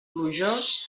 plujós